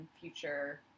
future